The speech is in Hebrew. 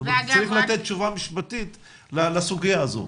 וצריך לתת תשובה משפטית לסוגיה הזאת.